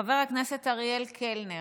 חבר הכנסת אריאל קלנר,